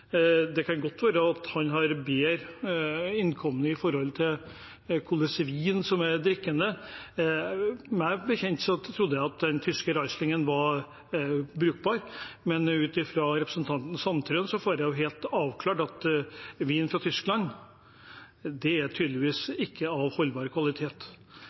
Det kan godt hende han er bedre informert om hva slags vin som er drikkende, men jeg trodde at den tyske rieslingen var brukbar. Ut fra representanten Sandtrøen får jeg avklart at vin fra Tyskland tydeligvis ikke er av holdbar kvalitet.